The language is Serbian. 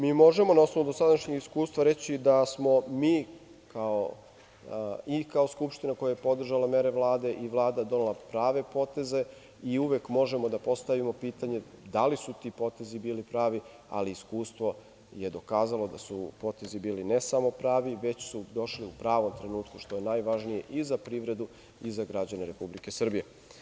Možemo na osnovu dosadašnjih iskustva reći da smo mi i kao Skupština koja je podržala mere Vlade i Vlada donela prave poteze i uvek možemo da postavimo pitanje da li su ti potezi bili pravi, ali iskustvo je pokazalo da su potezi bili ne samo pravi, već su došli u pravom trenutku, što je najvažnije i za privredu i za građane Republike Srbije.